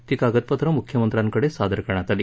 ती कागदपत्रं मुख्यमंत्र्यांकडे सादर करण्यात आली